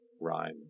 rhyme